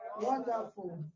Wonderful